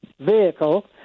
vehicle